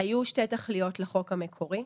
היו שתי תכליות לחוק המקורי.